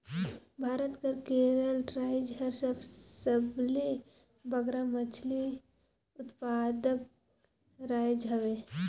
भारत कर केरल राएज हर सबले बगरा मछरी उत्पादक राएज हवे